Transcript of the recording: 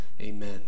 Amen